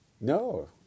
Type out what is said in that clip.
No